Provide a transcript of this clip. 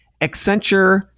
Accenture